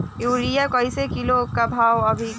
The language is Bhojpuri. यूरिया कइसे किलो बा भाव अभी के?